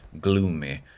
gloomy